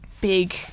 big